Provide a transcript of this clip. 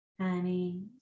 honey